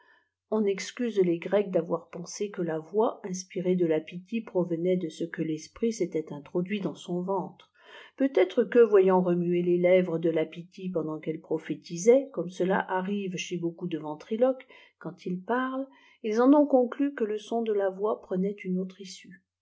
on excuse les grecs d'avoir pensé que la vôtx inspïrë de la pythie provenait de ce que l'esprit s'était introduit daffs sou ventre peatr ètre qm voyant cdtmiier les lèvres de laythie sondant qu'elleprophétisait çomcdie ofa aârrîve ctiea jeaûooup e ventriloques quand ils parlent ils en ont conclu que le son de la voix prenait une a'utre issue